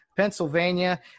pennsylvania